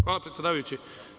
Hvala, predsedavajući.